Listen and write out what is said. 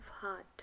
heart